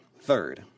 Third